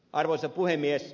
arvoisa puhemies